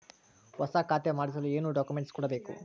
ಹೊಸ ಖಾತೆ ಮಾಡಿಸಲು ಏನು ಡಾಕುಮೆಂಟ್ಸ್ ಕೊಡಬೇಕು?